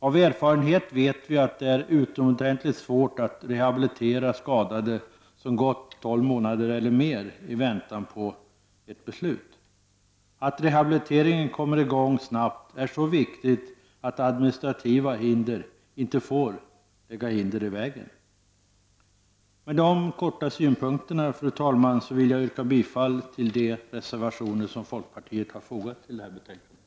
Av erfarenhet vet vi att det är utomordentligt svårt att rehabilitera skadade som gått tolv månader eller mer i väntan på ett beslut. Att rehabiliteringen kommer i gång snabbt är så viktigt att administration inte får lägga hinder i vägen. Med dessa synpunkter, fru talman, vill jag yrka bifall till de reservationer som folkpartiet har fogat till betänkandet.